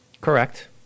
Correct